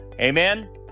Amen